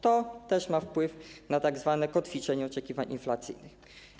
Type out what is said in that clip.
To też ma wpływ na tzw. kotwiczenie oczekiwań inflacyjnych.